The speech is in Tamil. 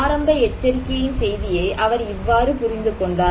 ஆரம்ப எச்சரிக்கையின் செய்தியை அவர் இவ்வாறு புரிந்துகொண்டார்